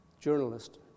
journalist